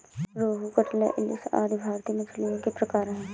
रोहू, कटला, इलिस आदि भारतीय मछलियों के प्रकार है